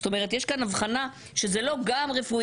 למה פוליטיקאי שיש לו ביטוח, יוכל?